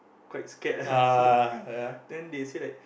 quite scared ah so then they said that